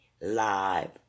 live